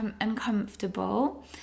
uncomfortable